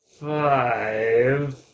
five